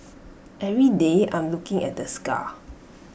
every day I'm looking at the scar